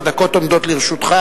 שבע דקות עומדות לרשותך,